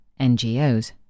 NGOs